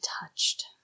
touched